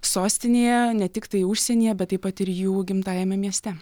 sostinėje ne tiktai užsienyje bet taip pat ir jų gimtajame mieste